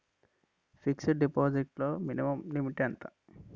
Fixed deposit లో minimum limit ఎంత?